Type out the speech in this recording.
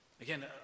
Again